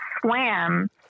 swam